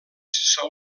són